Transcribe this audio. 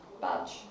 badge